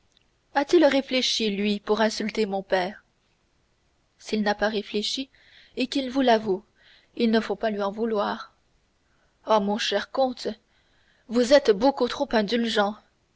a-t-il réfléchi lui pour insulter mon père s'il n'a pas réfléchi et qu'il vous l'avoue il ne faut pas lui en vouloir oh mon cher comte vous êtes beaucoup trop indulgent